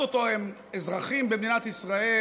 או-טו-טו הם אזרחים במדינת ישראל,